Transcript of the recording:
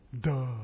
Duh